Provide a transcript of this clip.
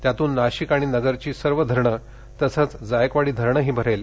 त्यातून नाशिक आणि नगरची सर्व धरणे तसंच जायकवाडी धरणही भरेल